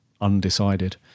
undecided